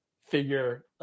figure